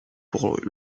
pour